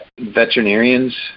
veterinarians